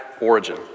origin